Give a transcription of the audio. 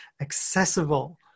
accessible